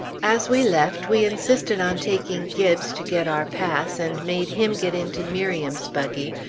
as we left, we insisted on taking gibbes to get our pass, and made him get into miriam's buggy,